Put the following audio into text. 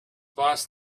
boss